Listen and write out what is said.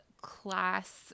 class